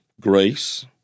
grace